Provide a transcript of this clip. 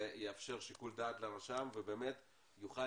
זה יאפשר שיקול דעת לרשם ובאמת הוא יוכל